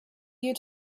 you